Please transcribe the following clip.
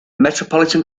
metropolitan